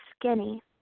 skinny